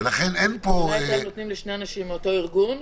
ולכן אין פה --- נותנים כאן לשני אנשים מאותו ארגון?